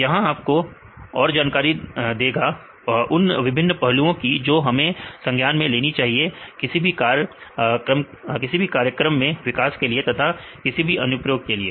यहां आपको और जानकारी देगा उन विभिन्न पहलुओं की जो कि हमें संज्ञान में लेना चाहिए किसी भी कार्य कार्यक्रम के विकास के लिए तथा किसी भी अनुप्रयोग के लिए